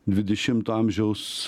dvidešimto amžiaus